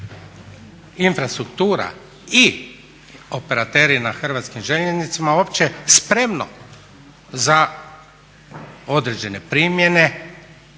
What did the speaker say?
infrastruktura i operateri na hrvatskim željeznicama uopće spremno za određene primjene